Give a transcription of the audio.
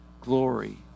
glory